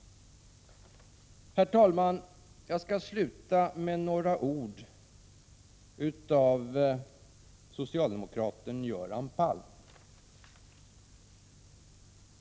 Herr talman! Jag skall sluta med några ord av socialdemokraten Göran Palm.